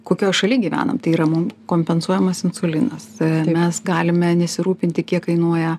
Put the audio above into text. kokioj šaly gyvenam tai yra mum kompensuojamas insulinas mes galime nesirūpinti kiek kainuoja